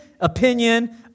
opinion